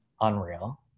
Unreal